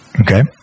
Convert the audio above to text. Okay